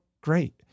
great